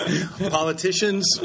Politicians